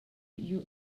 you